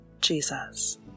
Jesus